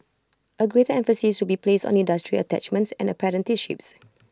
A greater emphasis will be placed on industry attachments and apprenticeships